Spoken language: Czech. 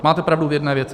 Máte pravdu v jedné věci.